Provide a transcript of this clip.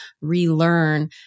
relearn